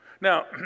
Now